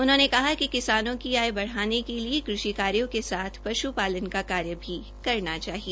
उन्होंने कहा कि किसानों की आय बढ़ाने के लिए कृषि कार्यो के साथ पशु पालन का कार्य भी करना चाहिए